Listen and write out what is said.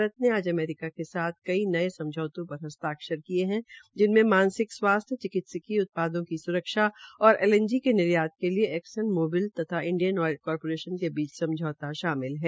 भारत ने आज अमेरिका के साथ नये समझौतों पर हस्ताक्षर किये है जिनमें मानसिक स्वास्थ्य चिकित्सीय उत्पादों की स्रक्षा और एलएनजी के निर्यात के लिए एक्सन मोबिल तथा इंडिया ऑयल कारपोरेशन के बीच समझौता शिमल है